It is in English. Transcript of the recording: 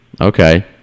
Okay